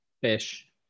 Fish